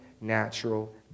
natural